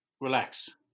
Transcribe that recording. relax